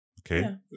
Okay